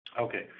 Okay